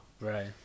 Right